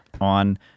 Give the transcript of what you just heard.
on